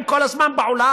היה להם את כל הזמן בעולם.